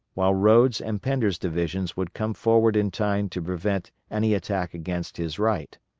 while rodes' and pender's divisions would come forward in time to prevent any attack against his right.